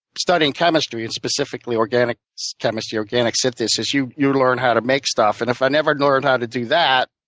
studying chemistry, and specifically organic chemistry, organic synthesis, you you learn how to make stuff. and if i never learned how to do that,